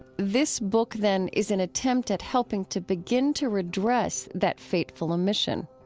this book, then, is an attempt at helping to begin to redress that fateful omission.